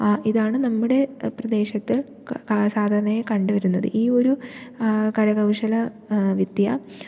ആ ഇതാണ് നമ്മുടെ പ്രദേശത്തിൽ സാധാരണയായി കണ്ടു വരുന്നത് ഈ ഒരു കരകൗശല വിദ്യ